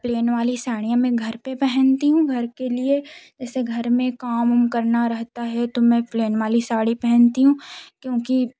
और प्लेन वाली साड़ियाँ मैं घर पर पहनती हूँ घर के लिए ऐसे घर में काम उम करना रहता है तो मैं प्लेन वाली साड़ी पहनती हूँ क्योंकि